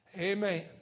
Amen